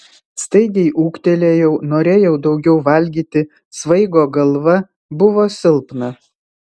staigiai ūgtelėjau norėjau daugiau valgyti svaigo galva buvo silpna